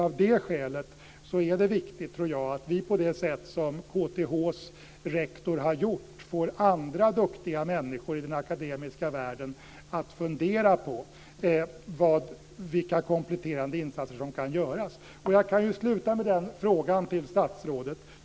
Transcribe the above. Av det skälet är det viktigt att göra som KTH:s rektor har gjort, nämligen få andra duktiga människor i den akademiska världen att fundera på vilka kompletterande insatser som kan göras. Jag kan sluta med att fråga statsrådet följande.